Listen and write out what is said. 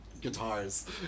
guitars